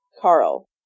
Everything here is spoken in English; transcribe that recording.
Carl